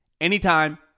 anytime